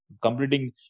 completing